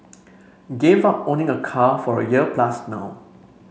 gave up owning a car for a year plus now